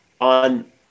On